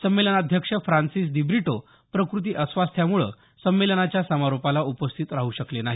संमेलनाध्यक्ष फ्रान्सिस दिब्रिटो प्रकृती अस्वास्थ्यामुळे संमेलनाच्या समारोपाला उपस्थित राहू शकले नाही